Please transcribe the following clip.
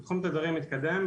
זה תחום תדרים מתקדם,